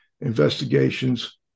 investigations